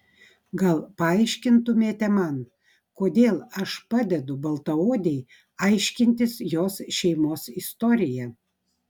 gal paaiškintumėte man kodėl aš padedu baltaodei aiškintis jos šeimos istoriją